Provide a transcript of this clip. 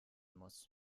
muss